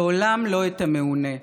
לעולם לא את המעונה".